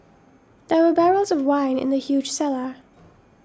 there were barrels of wine in the huge cellar